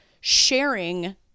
sharing